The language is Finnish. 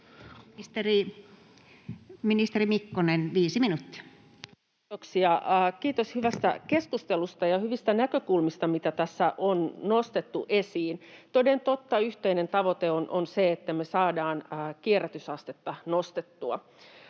Content: Kiitoksia! Kiitos hyvästä keskustelusta ja hyvistä näkökulmista, mitä tässä on nostettu esiin. Toden totta yhteinen tavoite on se, että me saadaan kierrätysastetta nostettua.